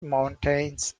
mountains